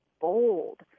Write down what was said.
bold